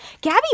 Gabby